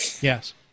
Yes